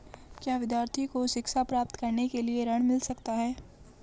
क्या विद्यार्थी को शिक्षा प्राप्त करने के लिए ऋण मिल सकता है?